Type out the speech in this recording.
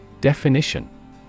Definition